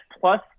plus